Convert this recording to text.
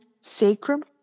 sacrum